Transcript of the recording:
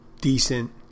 decent